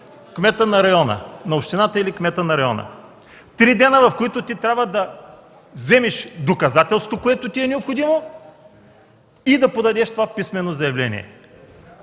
кмета на общината или кмета на района. Три дни, в които ти трябва да вземаш доказателството, което ти е необходимо, и да подадеш това писмено заявление.